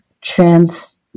trans